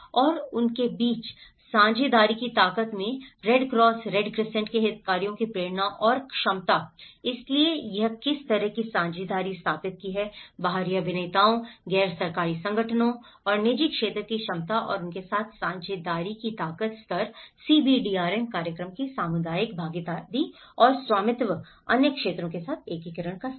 और उनके बीच साझेदारी की ताकत में रेड क्रॉस रेड क्रिसेंट के हितधारकों की प्रेरणा और क्षमता इसलिए यह किस तरह की साझेदारी स्थापित की है बाहरी अभिनेताओं गैर सरकारी संगठनों और निजी क्षेत्र की क्षमता और उनके साथ साझेदारी की ताकत स्तर CBDRM कार्यक्रम की सामुदायिक भागीदारी और स्वामित्व अन्य क्षेत्रों के साथ एकीकरण का स्तर